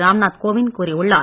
ராம்நாத் கோவிந்த் கூறியுள்ளார்